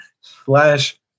slash